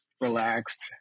relaxed